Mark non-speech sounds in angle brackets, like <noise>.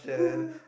<laughs>